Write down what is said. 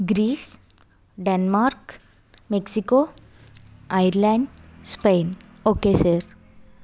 Greece Denmark Mexico Ireland Spain okay sir